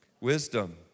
Wisdom